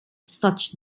such